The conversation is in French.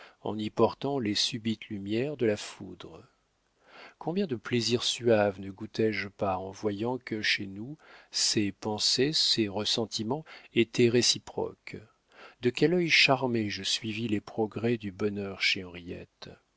en y portant les subites lumières de la foudre combien de plaisirs suaves ne goûtai je pas en voyant que chez nous ces pensers ces ressentiments étaient réciproques de quel œil charmé je suivis les progrès du bonheur